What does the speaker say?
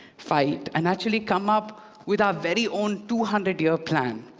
fight, and actually come up with our very own two hundred year plan.